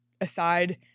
aside